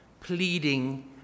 pleading